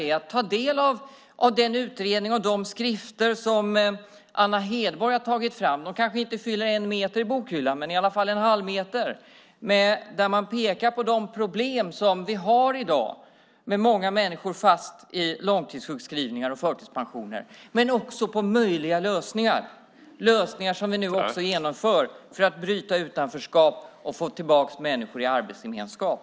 Ta del av den utredning och de skrifter som Anna Hedborg har tagit fram, Jasenko Omanovic. De kanske inte fyller en meter i bokhyllan men i alla fall en halvmeter. Där pekar man på de problem som finns i dag med många människor som är fast i långtidssjukskrivningar och förtidspensioner, men man pekar också på möjliga lösningar. Det är lösningar som nu också genomförs för att bryta utanförskap och få tillbaka människor i arbetsgemenskap.